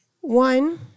One